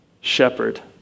shepherd